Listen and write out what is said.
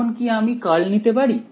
এখন কি আমি কার্ল নিতে পারি